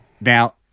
Now